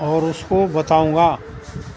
اور اس کو بتاؤں گا